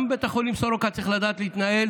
גם בית החולים סורוקה צריך לדעת להתנהל